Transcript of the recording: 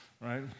right